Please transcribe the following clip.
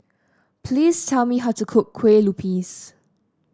please tell me how to cook Kue Lupis